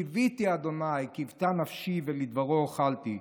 קויתי ה' קותה נפשי ולדברו הוחלתי.